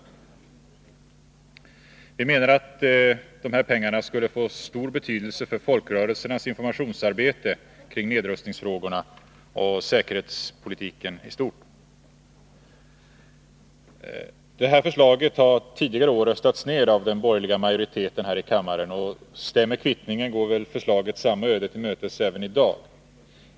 Vi menar att dessa pengar skulle få stor betydelse för folkrörelsernas 49 4 Riksdagens protokoll 1981182:101-104 informationsarbete kring nedrustningsfrågorna och säkerhetspolitiken i stort. Det här förslaget har tidigare år röstats ned av den borgerliga majoriteten här i kammaren, och stämmer kvittningen går väl förslaget samma öde till mötes även i dag.